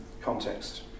context